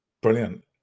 Brilliant